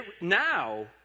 now